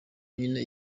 yonyene